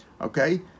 Okay